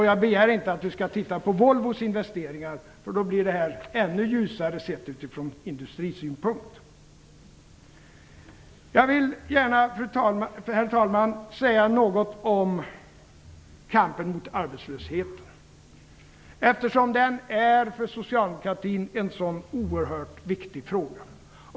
Jag begär inte att han skall titta på Volvos investeringar, för då blir detta ännu ljusare, sett utifrån industrisynpunkt. Jag vill gärna, herr talman, säga något om kampen mot arbetslösheten, eftersom den för socialdemokratin är en så oerhört viktig fråga.